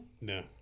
No